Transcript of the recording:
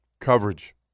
Coverage